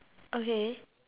okay